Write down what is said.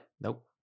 Nope